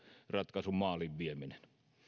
ratkaisun maaliin vieminen